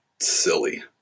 silly